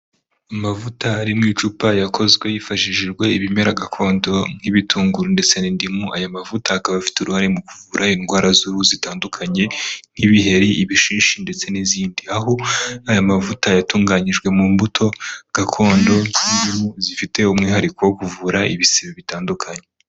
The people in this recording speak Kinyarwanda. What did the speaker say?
Amavuta ari mu icupa yakozwe hifashishijwe ibimera gakondo nk'ibitunguru ndetse n'indimu aya mavuta akaba afite uruhare mu kuvura indwara z'uruhu zitandukanye nk'ibiheri ibishishi ndetse n'izindi aho aya mavuta yatunganyijwe mu mbuto gakondo mu zifite umwihariko wo kuvura ibisebe bitandukanye.